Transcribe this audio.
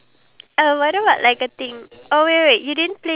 no we we we we had it together